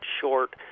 short